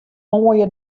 moaie